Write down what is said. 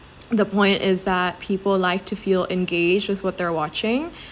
the point is that people like to feel engaged with what they're watching